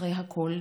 חסרי הכול?